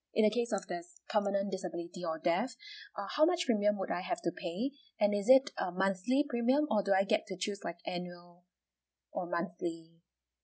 in the case of there's permanent disability or death uh how much premium would I have to pay and is it a monthly premium or do I get to choose like annual or monthly